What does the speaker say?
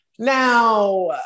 Now